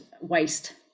waste